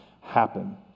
happen